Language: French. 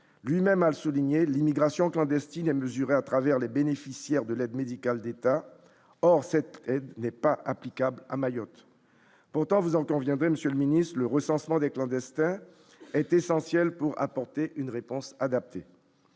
lui-même à le souligner l'immigration clandestine a mesuré à travers les bénéficiaires de l'aide médicale d'État, or cette aide n'est pas applicable à Mayotte, pourtant, vous en conviendrez, monsieur le Ministre, le recensement des clandestins est essentielle pour apporter une réponse adaptée